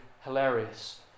hilarious